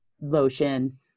lotion